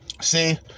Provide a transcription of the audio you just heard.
See